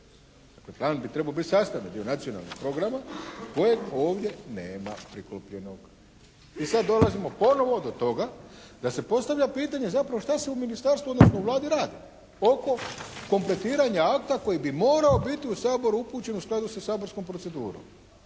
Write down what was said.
Dakle plan bi trebao biti sastavni dio Nacionalnog programa kojeg ovdje nema priklopljenog. I sada dolazimo ponovo do toga da se postavlja pitanje zapravo šta se u ministarstvu, odnosno u Vladi radi oko kompletiranja akta koji bi morao biti u Sabor upućen u skladu sa saborskom procedurom.